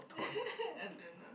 I don't know